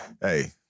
hey